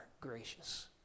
gracious